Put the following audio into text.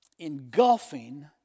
Engulfing